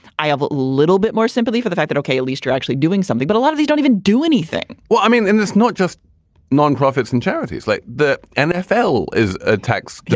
i have a little bit more sympathy for the fact that, okay, at least you're actually doing something, but a lot of you don't even do anything well, i mean, and it's not just nonprofits and charities like the nfl is a tax.